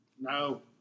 no